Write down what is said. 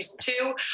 two